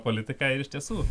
politiką ir iš tiesų